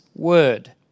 Word